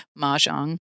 Mahjong